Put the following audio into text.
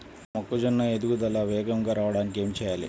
మొక్కజోన్న ఎదుగుదల వేగంగా రావడానికి ఏమి చెయ్యాలి?